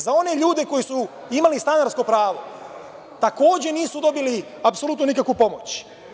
Za one ljude koji su imali stanarsko pravo, takođe, nisu dobili nikakvu pomoć.